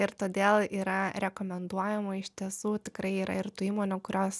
ir todėl yra rekomenduojama iš tiesų tikrai yra ir tų įmonių kurios